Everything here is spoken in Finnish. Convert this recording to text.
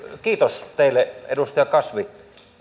kiitos teille edustaja kasvi